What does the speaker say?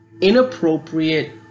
inappropriate